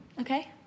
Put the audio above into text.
okay